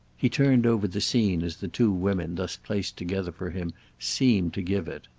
he turned over the scene as the two women thus placed together for him seemed to give it.